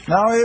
Now